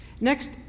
Next